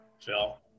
Phil